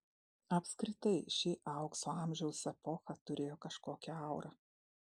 apskritai ši aukso amžiaus epocha turėjo kažkokią aurą